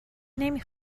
نمی